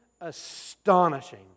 astonishing